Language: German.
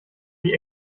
die